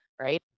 Right